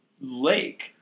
lake